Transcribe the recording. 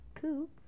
poop